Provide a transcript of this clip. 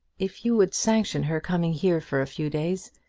if you would sanction her coming here for a few days,